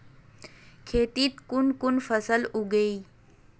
खेतीत कुन कुन फसल उगेई?